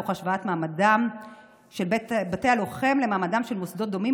תוך השוואת מעמדם של בתי הלוחם למעמדם של מוסדות דומים,